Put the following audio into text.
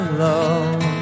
love